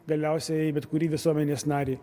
galiausiai bet kurį visuomenės narį